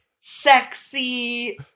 sexy